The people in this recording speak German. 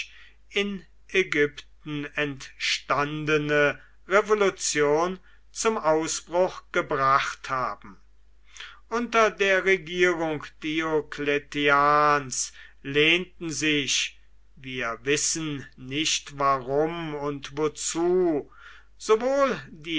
in ägypten entstandene revolution zum ausbruch gebracht haben unter der regierung diocletians lehnten sich wir wissen nicht warum und wozu